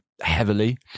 heavily